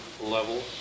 level